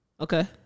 Okay